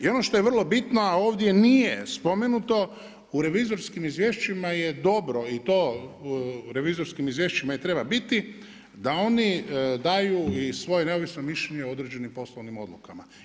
I ono što je bitno, a ovdje nije spomenuto u revizorskim izvješćima je dobro i to revizorskim izvješćima i treba biti, da oni daju i svoje neovisno mišljenje o određenim poslovnim odlukama.